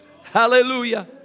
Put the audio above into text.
Hallelujah